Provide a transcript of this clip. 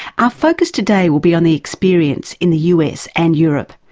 our focus today will be on the experience in the us and europe,